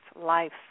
life